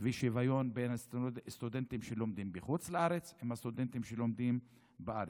ושוויון בין הסטודנטים שלומדים בחוץ לארץ עם הסטודנטים שלומדים בארץ.